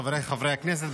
חבריי חברי הכנסת,